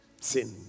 Sin